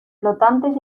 flotantes